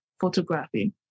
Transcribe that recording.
photography